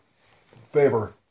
favor